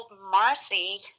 Marcy